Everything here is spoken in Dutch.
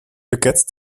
pakketten